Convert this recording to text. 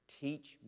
Teach